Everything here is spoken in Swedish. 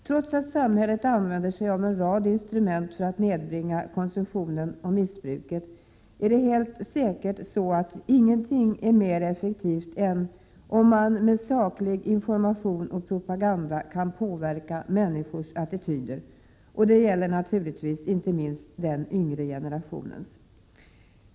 Trots att samhället använder sig av en rad instrument för att nedbringa konsumtionen och missbruket, är det helt säkert så att ingenting är mer effektivt än om man med saklig information och propaganda kan påverka människors attityder, och det gäller naturligtvis inte minst den yngre generationens.